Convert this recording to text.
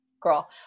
girl